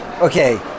Okay